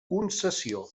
concessió